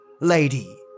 LADY